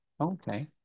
okay